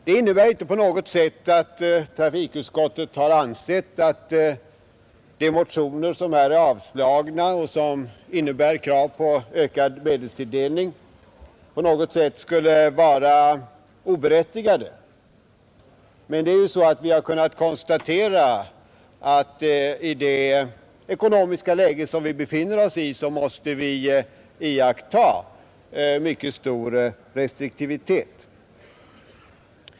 Det innebär inte på något sätt att trafikutskottet ansett att de motioner, som här avstyrkts och som innebär krav på ökad medelstilldelning, skulle vara oberättigade. Men vi har kunnat konstatera att i det ekonomiska läge vi befinner oss måste vi iaktta mycket stor restriktivitet.